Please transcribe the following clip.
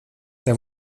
tev